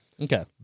Okay